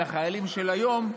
לחיילים של היום,